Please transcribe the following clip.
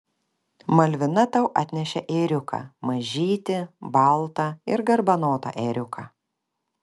malvina tau atnešė ėriuką mažytį baltą ir garbanotą ėriuką